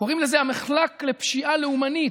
קוראים לזה "המחלק לפשיעה לאומנית".